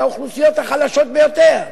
זה האוכלוסיות החלשות ביותר.